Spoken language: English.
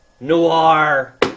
Noir